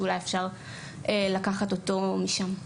שאולי אפשר לקחת אותו משם.